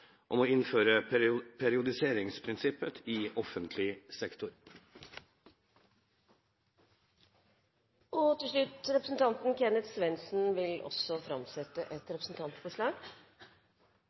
om å innføre periodiseringsprinsippet i offentlig sektor. Representanten Kenneth Svendsen vil framsette et